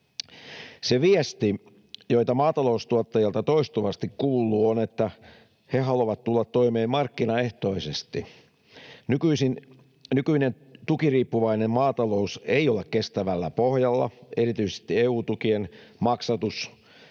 Se viesti, joka maataloustuottajilta toistuvasti kuuluu, on, että he haluavat tulla toimeen markkinaehtoisesti. Nykyinen tukiriippuvainen maatalous ei ole kestävällä pohjalla. Erityisesti EU-tukien maksatus